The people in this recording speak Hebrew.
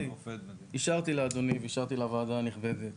אישרתי לאדוני ואישרתי לוועדה הנכבדת